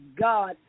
God